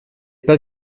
pas